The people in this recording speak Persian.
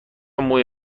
موی